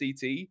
CT